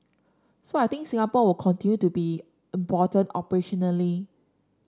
so I think Singapore will continue to be important operationally